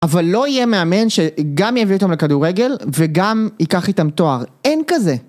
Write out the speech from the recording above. אבל לא יהיה מאמן שגם יביא אותם לכדורגל, וגם ייקח איתם תואר, אין כזה.